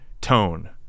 tone